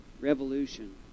Revolution